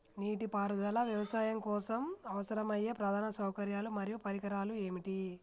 నీటిపారుదల వ్యవసాయం కోసం అవసరమయ్యే ప్రధాన సౌకర్యాలు మరియు పరికరాలు ఏమిటి?